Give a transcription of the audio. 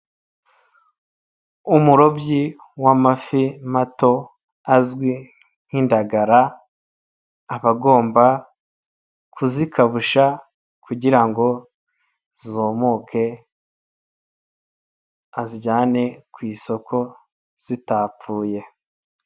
Umurobyi w'amafi mato azwi nk'indagara aba agomba kuzikabusha ,kugira ngo zumuke azijyane ku isoko zitapfuye.